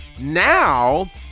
Now